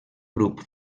grup